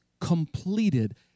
completed